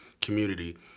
community